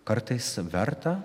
kartais verta